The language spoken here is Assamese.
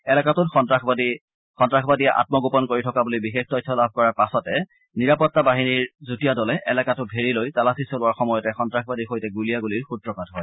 এলেকাটোত সন্তাসবাদী আমগোপন কৰি থকা বুলি বিশেষ তথ্য লাভ কৰাৰ পাছতে নিৰাপত্তা বাহিনীৰ যুটীয়া দলে এলেকাটো ঘেৰি লৈ তালাচী চলোৱাৰ সময়তে সন্তাসবাদীৰ সৈতে গুলিয়াগুলিৰ সূত্ৰপাত হয়